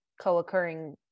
co-occurring